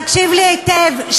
תקשיב לי היטב,